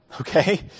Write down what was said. okay